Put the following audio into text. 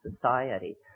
society